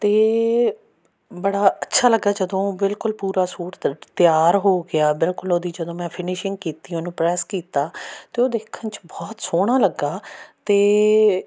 ਅਤੇ ਬੜਾ ਅੱਛਾ ਲੱਗਾ ਜਦੋਂ ਬਿਲਕੁਲ ਪੂਰਾ ਸੂਟ ਤਰ ਤਿਆਰ ਹੋ ਗਿਆ ਬਿਲਕੁਲ ਉਹਦੀ ਜਦੋਂ ਮੈਂ ਫਿਨਿਸ਼ਿੰਗ ਕੀਤੀ ਉਹਨੂੰ ਪ੍ਰੈਸ ਕੀਤਾ ਤਾਂ ਉਹ ਦੇਖਣ 'ਚ ਬਹੁਤ ਸੋਹਣਾ ਲੱਗਾ ਅਤੇ